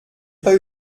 pas